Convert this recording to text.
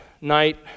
night